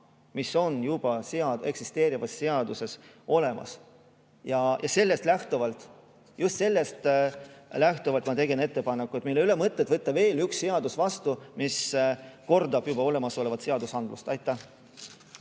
mis on juba eksisteerivas seaduses olemas. Ja sellest lähtuvalt, just sellest lähtuvalt ma tegin ettepaneku, et meil ei ole mõtet võtta vastu veel üht seadust, mis kordab juba olemasolevat seadust. Aitäh!